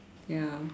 ya